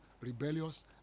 rebellious